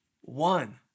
one